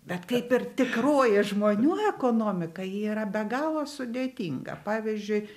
bet kaip ir tikroji žmonių ekonomika ji yra be galo sudėtinga pavyzdžiui